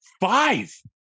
Five